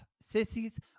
Sissies